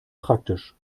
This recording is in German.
praktisch